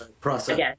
Process